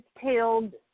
tailed